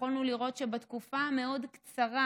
יכולנו לראות שבתקופה מאוד קצרה,